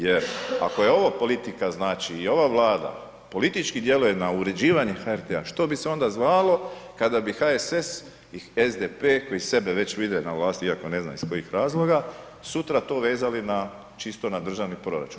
Jer ako ova politika znači i ova Vlada politički djeluje na uređivanje HRT-a što bi se onda zvalo kada bi HSS i SDP koji sebe već vide na vlasti iako ne znam iz kojih razloga, sutra to vezali čisto na državni proračun.